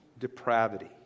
depravity